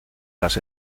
las